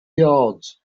yards